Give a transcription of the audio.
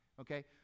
okay